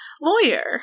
lawyer